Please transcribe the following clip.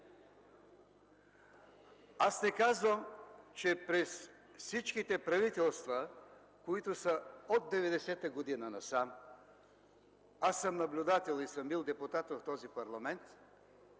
Аз не казвам, че през всичките правителства, които са от 1990 г. насам – аз съм наблюдател и съм бил депутат в парламента